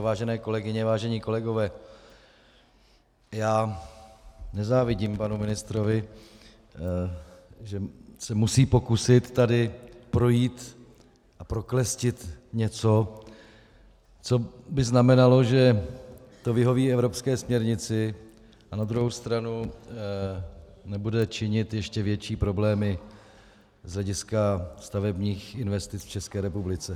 Vážené kolegyně, vážení kolegové, já nezávidím panu ministrovi, že se musí pokusit tady projít a proklestit něco, co by znamenalo, že to vyhoví evropské směrnici a na druhou stranu nebude činit ještě větší problémy z hlediska stavebních investic v České republice.